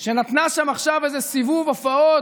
שנתנה שם עכשיו איזה סיבוב הופעות,